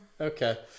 Okay